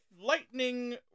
lightning